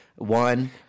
One